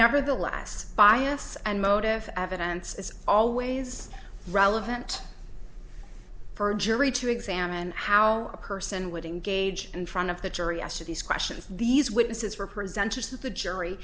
nevertheless bias and motive evidence is always relevant for a jury to examine how a person would engage in front of the jury yesterday's question these witnesses were presenting to the jury